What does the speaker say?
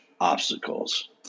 obstacles